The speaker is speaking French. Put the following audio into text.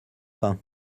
pain